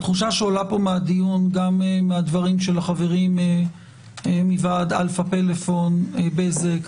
התחושה שעולה פה מהדיון גם מהדברים של ועד אלפא-פלאפון בזק,